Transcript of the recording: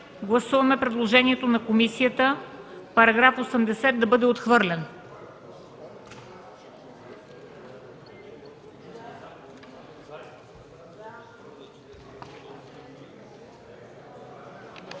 Гласуваме предложението на комисията § 74 да бъде отхвърлен.